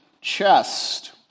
chest